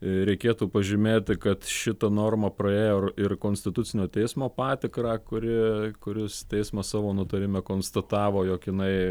reikėtų pažymėti kad šita norma praėjo ir konstitucinio teismo patikrą kuri kuris teismas savo nutarime konstatavo jog jinai